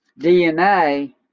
DNA